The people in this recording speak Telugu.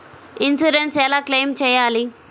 ఇన్సూరెన్స్ ఎలా క్లెయిమ్ చేయాలి?